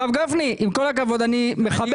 הרב גפני, אני מכבד.